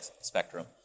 spectrum